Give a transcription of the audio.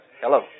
Hello